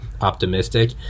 optimistic